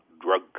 drug